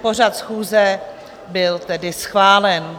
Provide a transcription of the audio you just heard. Pořad schůze byl tedy schválen.